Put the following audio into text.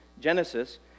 Genesis